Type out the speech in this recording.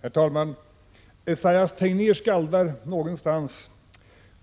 Herr talman! Esaias Tegnér skaldar någonstans: